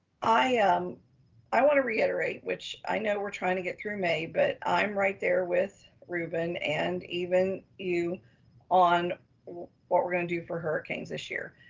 i um i wanna reiterate, which i know we're trying to get through may but i'm right there with ruben and even you on what we're gonna do for hurricanes this year.